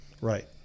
right